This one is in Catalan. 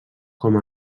com